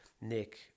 nick